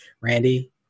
Randy